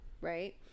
right